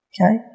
Okay